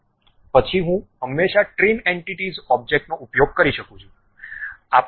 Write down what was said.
પછી હું હંમેશાં ટ્રીમ એન્ટિટીઝ ઑબ્જેક્ટનો ઉપયોગ કરી શકું છું